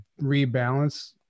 rebalance